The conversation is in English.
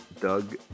Doug